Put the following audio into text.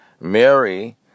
Mary